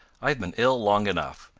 i've been ill long enough,